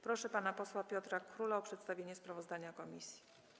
Proszę pana posła Piotra Króla o przedstawienie sprawozdania komisji.